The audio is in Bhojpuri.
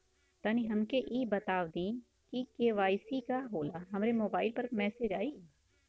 तनि हमके इ बता दीं की के.वाइ.सी का होला हमरे मोबाइल पर मैसेज आई?